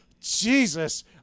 jesus